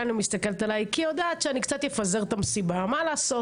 מסתכלת עלי כי היא יודעת שאני קצת אפזר את המסיבה מה לעשות,